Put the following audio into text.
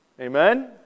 Amen